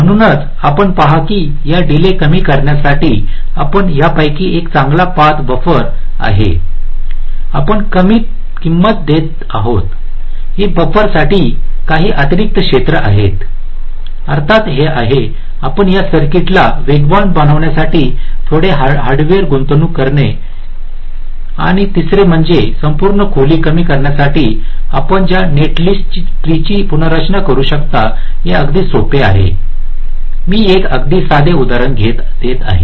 म्हणूनच आपण पहा की या डीले कमी करण्यासाठी आपण यापैकी एक चांगला पाथ बफर आहे आपण किंमत देत आहोत हे बफरसाठी काही अतिरिक्त क्षेत्र आहे अर्थात हे आहे आपण या सर्किटला वेगवान बनविण्यासाठी थोडे हार्डवेअर गुंतवणूक करणे आणि तिसरे म्हणजे संपूर्ण खोली कमी करण्यासाठी आपण ज्या नेटलिस्ट ट्री ची पुनर्रचना करू शकता हे अगदी सोपे आहे मी एक अगदी साधे उदाहरण देत आहे